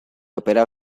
opera